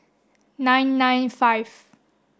nine nine five